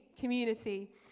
community